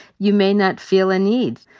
you may not feel a need.